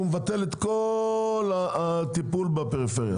הוא מבטל את כל הטיפול בפריפריה.